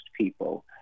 people